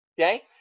okay